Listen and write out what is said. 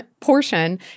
portion